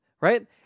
right